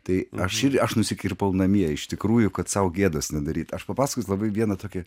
tai aš ir aš nusikirpau namie iš tikrųjų kad sau gėdos nedaryt aš papasakoti labai vieną tokią